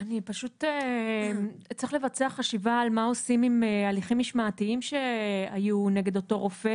פשוט צריך לבצע חשיבה על מה עושים עם הליכים משמעתיים שהיו נגד אותו רופא